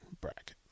bracket